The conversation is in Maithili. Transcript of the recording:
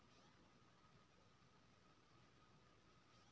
जड़ि मे पानि सिचाई केर एकटा तरीका छै